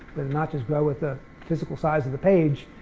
the notches grow with the physical size of the page,